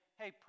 hey